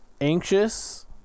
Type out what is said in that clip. anxious